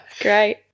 Great